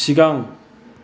सिगां